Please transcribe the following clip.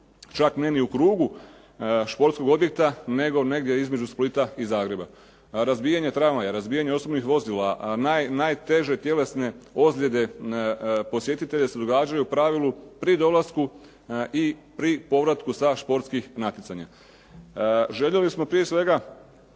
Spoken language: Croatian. čak ne ni u krugu športskog objekta, nego negdje između Splita i Zagreba. Razbijanje tramvaja, razbijanje osobnih vozila, najteže tjelesne ozljede posjetitelja se događaju u pravilu pri dolasku i pri povratku sa športskih natjecanja. Željeli smo prije svega